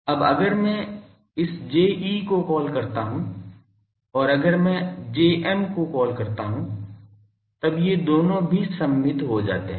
अब अगर मैं इस Je को कॉल करता हूं और अगर मैं Jm को कॉल करता हूं तब ये दोनों भी सममित हो जाते हैं